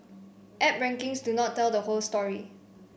app rankings do not tell the whole story